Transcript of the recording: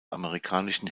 amerikanischen